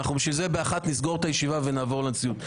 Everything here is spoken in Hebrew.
בשביל זה נסגור את הישיבה ב-13:00 ונעבור לנשיאות.